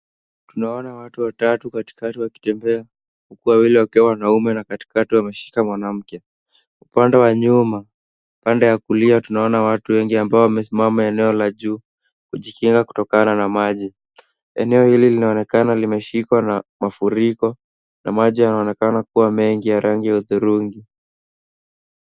Tunaona watu watatu katikati wakitembea, huku wawili wakiwa wanaume na katikati wameshika mwanamke. Upande wa nyuma pande ya kulia tunaona watu wengi ambao wamesimama eneo la juu, kujikinga kutokana na maji. Eneo hilo linaonekana limeshikwa na mafuriko na maji yanaonekana kuwa mengi ya rangi ya hudhurungi.